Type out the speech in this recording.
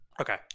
Okay